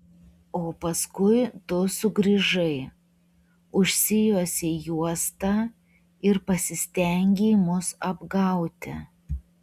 o paskui tu sugrįžai užsijuosei juostą ir pasistengei mus apgauti